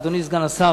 אדוני סגן השר,